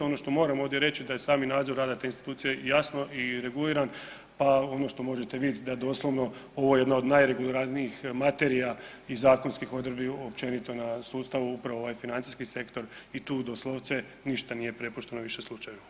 Ono što moram ovdje reći da je sami nadzor rada te institucije jasno i reguliran pa ono što možete vidjeti da ovo je jedna od najreguliranijih materija i zakonskih odredbi općenito na sustavu upravo ovaj financijski sektor i tu doslovce ništa nije prepušteno više slučaju.